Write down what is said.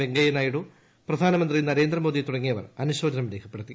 വെങ്കയ്യ നായിഡു പ്രധാനമന്ത്രി നരേന്ദ്രമോദി തുടങ്ങിയവർ അനുശോചനം രേഖപ്പെടുത്തി